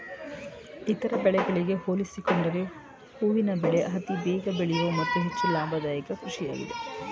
ಇತರ ಬೆಳೆಗಳಿಗೆ ಹೋಲಿಸಿಕೊಂಡರೆ ಹೂವಿನ ಬೆಳೆ ಅತಿ ಬೇಗ ಬೆಳೆಯೂ ಮತ್ತು ಹೆಚ್ಚು ಲಾಭದಾಯಕ ಕೃಷಿಯಾಗಿದೆ